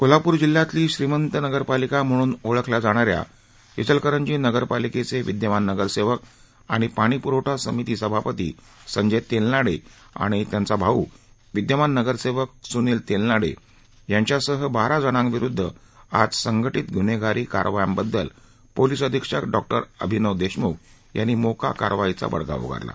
कोल्हापूर जिल्ह्यातली श्रीमंत नगरपालिका म्हणून ओळखल्या जाणाऱ्या इचलकरंजी नगरपालिकेचे विदयमान नगरसेवक आणि पाणीप्रवठा समिती सभापती संजय तेलनाडे आणि त्यांचा भाऊ विद्यमान नगरसेवक सूनील तेलनाडे यांच्यासह बारा जणांविरुद्ध आज संघटित गून्हेगारी कारवायाबददल पोलीस अधीक्षक डॉक्टर अभिनव देशमुख यांनी मोका कारवाईचा बडगा उगारला